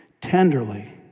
tenderly